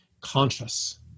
conscious